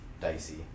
dicey